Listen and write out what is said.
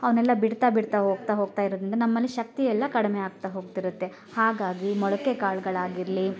ಅವನ್ನೆಲ್ಲ ಬಿಡ್ತಾ ಬಿಡ್ತಾ ಹೋಗ್ತಾ ಹೋಗ್ತಾ ಇರೋದರಿಂದ ನಮ್ಮಲ್ಲಿ ಶಕ್ತಿ ಎಲ್ಲ ಕಡಿಮೆ ಆಗ್ತಾ ಹೋಗ್ತಿರತ್ತೆ ಹಾಗಾಗಿ ಮೊಳಕೆ ಕಾಳ್ಗಳಾಗಿರಲಿ